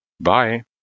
Bye